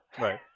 right